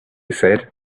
said